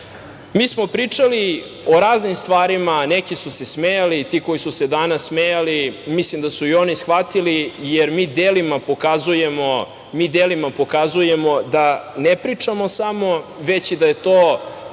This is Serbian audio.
smo pričali o raznim stvarima, neki su se smejali. Ti koji su se danas smejali mislim da su shvatili, jer mi delima pokazujemo da ne pričamo samo, već da su to